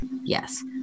Yes